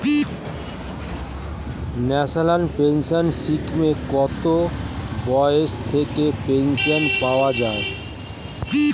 National pension স্কিমে কত বয়স থেকে পেনশন পাওয়া যায়?